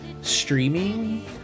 streaming